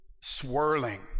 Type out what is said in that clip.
swirling